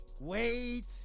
Wait